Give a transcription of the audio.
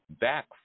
back